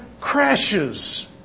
crashes